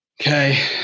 Okay